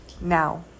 Now